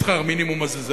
שכר המינימום הזה.